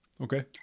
Okay